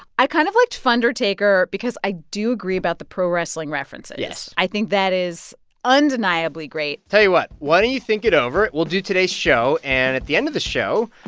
i kind of liked fundertaker because i do agree about the pro wrestling references yes i think that is undeniably great tell you what. why don't you think it over? we'll do today's show, and at the end of the show,